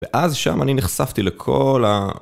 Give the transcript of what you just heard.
ואז שם אני נחשפתי לכל ה...